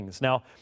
Now